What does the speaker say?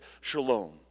shalom